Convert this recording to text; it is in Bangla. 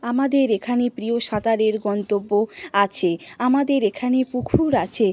আমাদের এখানে প্রিয় সাঁতারের গন্তব্য আছে আমাদের এখানে পুকুর আছে